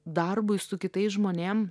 darbui su kitais žmonėm